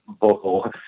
vocal